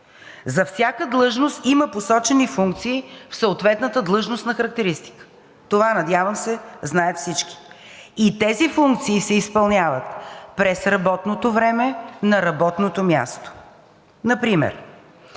За всяка длъжност има посочени функции в съответната длъжностна характеристика. Това, надявам се, знаят всички. И тези функции се изпълняват през работното време на работното място. Например